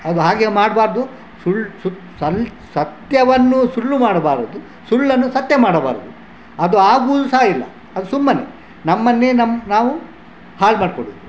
ಅದು ಹಾಗೆ ಮಾಡ್ಬಾರ್ದು ಸುಳ್ಳು ಸುತ್ತ ಸಳ್ ಸತ್ಯವನ್ನು ಸುಳ್ಳು ಮಾಡಬಾರದು ಸುಳ್ಳನ್ನು ಸತ್ಯ ಮಾಡಬಾರದು ಅದು ಆಗುವುದು ಸಹಾ ಇಲ್ಲ ಅದು ಸುಮ್ಮನೆ ನಮ್ಮನ್ನೇ ನಮ್ಮ ನಾವು ಹಾಳು ಮಾಡ್ಕೊಳ್ಳೋದು